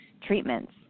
treatments